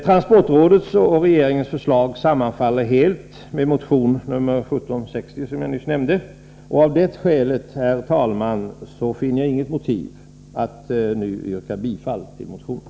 Transportrådets och regeringens förslag sammanfaller helt med motion nr 1760, som jag nyss nämnde. Av det skälet, herr talman, finner jag inget motiv för att nu yrka bifall till motionen.